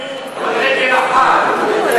תראה איזה נאום על רגל אחת.